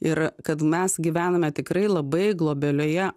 ir a kad mes gyvename tikrai labai globelioje